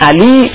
Ali